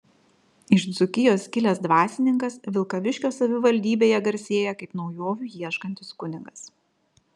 iš dzūkijos kilęs dvasininkas vilkaviškio savivaldybėje garsėja kaip naujovių ieškantis kunigas